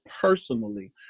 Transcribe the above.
personally